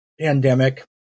pandemic